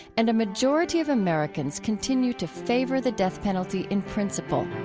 and a majority of americans continue to favor the death penalty in principle.